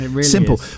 simple